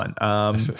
one